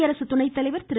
குடியரசுத் துணைத்தலைவர் திரு